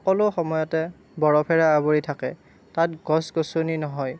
সকলো সময়তে বৰফেৰে আৱৰি থাকে তাত গছ গছনি নহয়